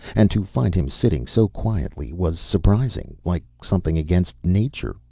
and to find him sitting so quietly was surprising, like something against nature,